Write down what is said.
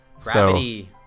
Gravity